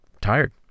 tired